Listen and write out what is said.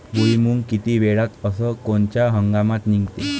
भुईमुंग किती वेळात अस कोनच्या हंगामात निगते?